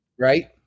Right